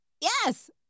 Yes